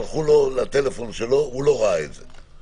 שלחו לטלפון שלו אבל הוא לא ראה את זה?